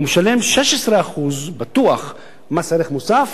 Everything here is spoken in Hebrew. הוא בטוח משלם 16% מס ערך מוסף,